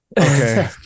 Okay